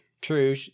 true